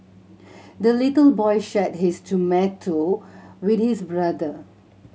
the little boy shared his tomato with his brother